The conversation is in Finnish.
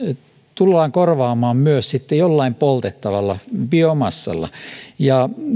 tullaan korvaamaan myös sitten jollain poltettavalla biomassalla